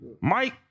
Mike